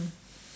mm